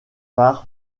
par